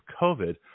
COVID